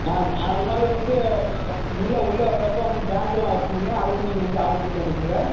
ஆ அது மாதிரி வந்துட்டு க உள்ள உள்ள வர்றப்ப வந்துட்டு பேண்டுல்லாம் வைப்போம்ண்ணே அதுக்கு நீங்கள் வந்து ஆள் கூப்பிட்டு வந்துக்குங்க